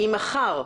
אם מחר,